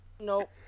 No